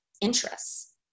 interests